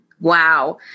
Wow